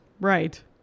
Right